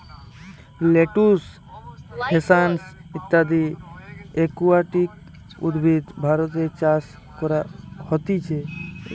lettuce, hyacinth ইত্যদি aquatic উদ্ভিদ ভারতে চাষ করা হতিছে